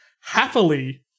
happily